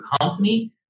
company